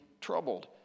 troubled